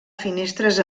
finestres